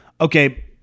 Okay